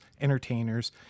entertainers